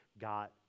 got